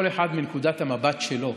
כל אחד מנקודת המבט שלו,